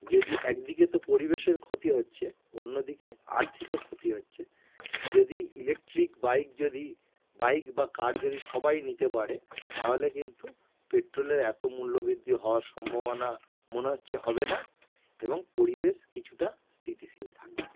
যদি এক দিকে তো পরিবেশের ক্ষতি হচ্ছে অন্য দিকে আর্থিকও ক্ষতি হচ্ছে যদি ইলেকট্রিক বাইক যদি বাইক বা কার যদি সবাই নিতে পারে তাহলে কিন্তু পেট্রোলের এত মূল্য বৃদ্ধি হওয়ার সম্ভাবনা মনে হচ্ছে হবে না এবং পরিবেশ কিছুটা স্থিতিশীল থাকবে